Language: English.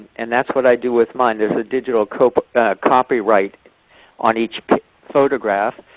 and that's what i do with mine. there's a digital copyright on each photograph,